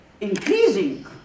increasing